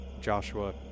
Joshua